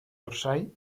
orsay